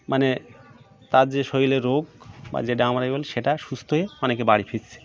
মানে তার যে শরীরে রোগ বা যে ডামাডোল সেটা সুস্থ হয়ে অনেকে বাড়ি ফিরছে